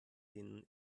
den